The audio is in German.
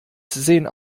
sehen